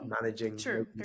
managing